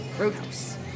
Roadhouse